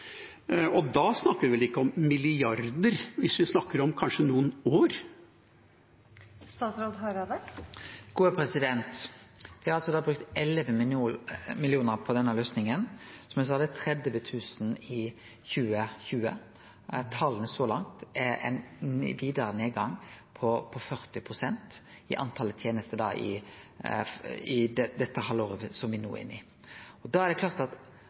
delløsning? Da snakker vi vel ikke om milliarder hvis vi snakker om kanskje noen år. Me har brukt 11 mill. kr på denne løysinga. Som eg sa: Det var 30 000 transaksjonar i 2020. Tala så langt viser ein vidare nedgang på 40 pst. i talet på tenester i det halvåret som me no er inne i. Det er klart at